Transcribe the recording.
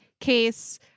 case